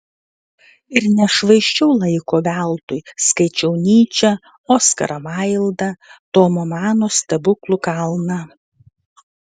ir nešvaisčiau laiko veltui skaičiau nyčę oskarą vaildą tomo mano stebuklų kalną